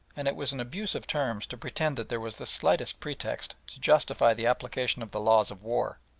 and it was an abuse of terms to pretend that there was the slightest pretext to justify the application of the laws of war.